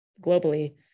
globally